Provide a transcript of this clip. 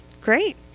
Great